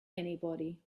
anybody